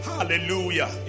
Hallelujah